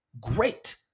great